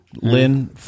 Lynn